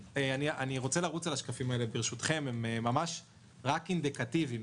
השקפים הבאים הם רק אינדיקטיביים,